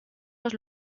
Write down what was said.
los